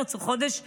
חודש מרץ,